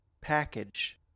package